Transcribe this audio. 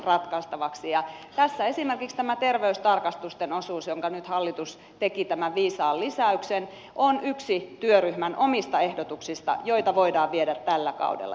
tässä esimerkiksi tämä terveystarkastusten osuus jonka nyt hallitus teki tämä viisas lisäys on yksi työryhmän omista ehdotuksista joita voidaan viedä jo tällä kaudella eteenpäin